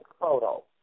photo